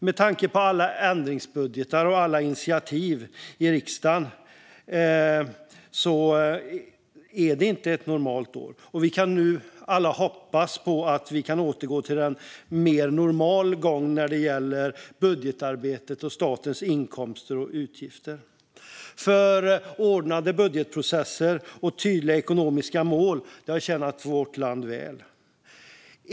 Med tanke på alla ändringsbudgetar och alla initiativ i riksdagen är detta inte ett normalt år. Vi kan alla hoppas att vi nu kan återgå till en mer normal gång när det gäller budgetarbetet och statens inkomster och utgifter. Ordnade budgetprocesser och tydliga ekonomiska mål har tjänat vårt land väl.